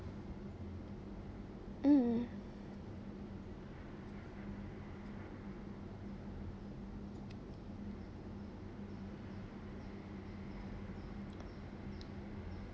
mm